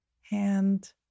hand